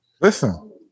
Listen